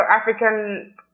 African